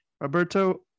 Roberto